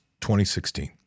2016